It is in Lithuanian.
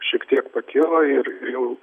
šiek tiek pakilo ir jau